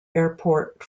airport